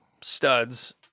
studs